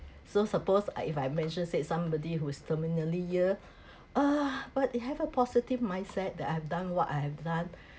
so suppose I if I mentioned said somebody who's terminally ill ugh but if have a positive mindset that I have done what I have done